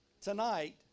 tonight